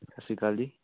ਸਤਿ ਸ਼੍ਰੀ ਅਕਾਲ ਜੀ